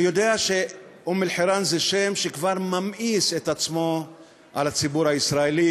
אני יודע שאום-אלחיראן זה שם שכבר ממאיס את עצמו על הציבור הישראלי,